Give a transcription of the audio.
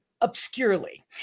obscurely